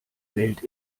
welt